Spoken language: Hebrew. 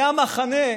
זה המחנה,